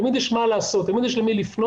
תמיד יש מה לעשות ותמיד יש למי לפנות.